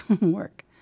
work